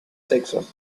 sexos